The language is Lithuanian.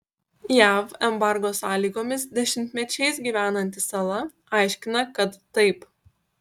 jav embargo sąlygomis dešimtmečiais gyvenanti sala aiškina kad taip